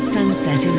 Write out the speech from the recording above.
Sunset